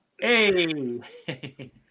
Hey